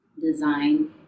design